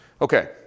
Okay